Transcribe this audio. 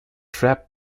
trap